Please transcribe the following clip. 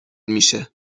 میشه